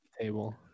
table